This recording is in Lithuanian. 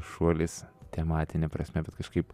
šuolis tematine prasme bet kažkaip